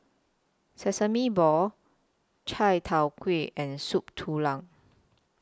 Sesame Balls Chai Tow Kuay and Soup Tulang